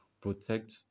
protect